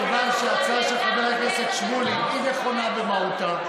מכיוון שההצעה של חבר הכנסת שמולי היא נכונה במהותה,